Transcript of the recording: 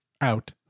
out